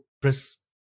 press